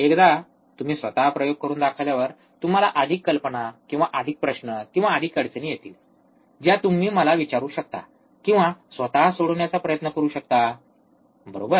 एकदा तुम्ही स्वतः प्रयोग करून दाखवल्यावर तुम्हाला अधिक कल्पना किंवा अधिक प्रश्न किंवा अधिक अडचणी येतील ज्या तुम्ही मला विचारू शकता किंवा स्वतः सोडवण्याचा प्रयत्न करू शकता बरोबर